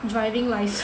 driving license